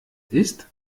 ist